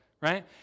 right